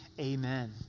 Amen